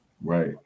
Right